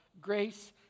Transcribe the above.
grace